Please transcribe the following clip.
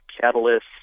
catalyst